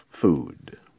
food